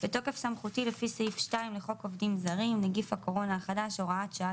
בתוקף סמכותי לפי סעיף 2 לחוק עובדים זרים נגיף הקורונה החדש הוראת שעה